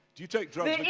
do you take drugs